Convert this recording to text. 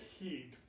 heed